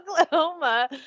Oklahoma